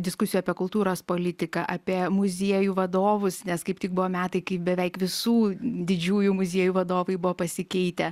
diskusijų apie kultūros politiką apie muziejų vadovus nes kaip tik buvo metai kai beveik visų didžiųjų muziejų vadovai buvo pasikeitę